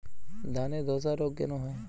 ধানে ধসা রোগ কেন হয়?